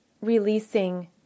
releasing